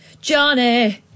Johnny